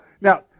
Now